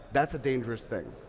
that's a dangerous thing.